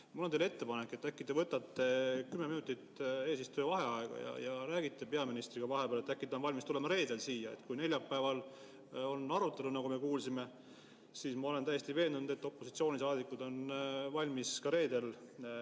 Mul on teile ettepanek, et äkki te võtate kümme minutit eesistuja vaheaega ja räägite vahepeal peaministriga, äkki ta on valmis tulema reedel siia. Kui neljapäeval on arutelu, nagu me kuulsime, siis ma olen täiesti veendunud, et opositsioonisaadikud on valmis ka reedel